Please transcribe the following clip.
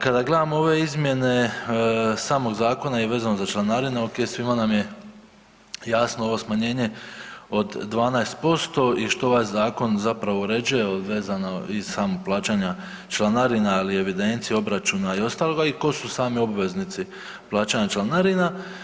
Kada gledamo ove izmjene samog zakona i vezano za članarine, okej svima nam je jasno ovo smanjenje od 12% i što ovaj zakon zapravo uređuje, od vezano i samog plaćanja članarina, ali i evidencije, obračuna i ostaloga i ko su sami obveznici plaćanja članarina.